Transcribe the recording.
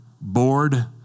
bored